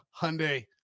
Hyundai